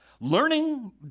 learning